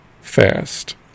fast